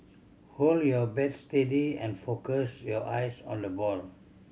hold your bat steady and focus your eyes on the ball